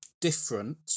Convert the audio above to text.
different